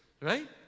right